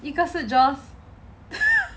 一个是 joyce